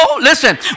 listen